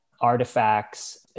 artifacts